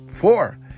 Four